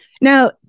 Now